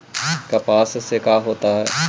कपास से का होता है?